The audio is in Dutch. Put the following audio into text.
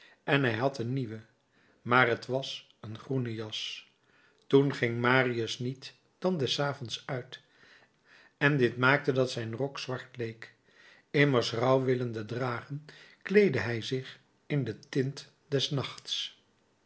en hij had een nieuwe maar het was een groene jas toen ging marius niet dan des avonds uit en dit maakte dat zijn rok zwart geleek immer rouw willende dragen kleedde hij zich in de tint des nachts